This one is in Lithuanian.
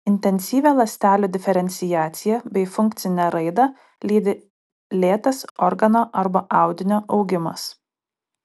intensyvią ląstelių diferenciaciją bei funkcinę raidą lydi lėtas organo arba audinio augimas